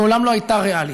מעולם לא הייתה ריאלית,